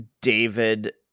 david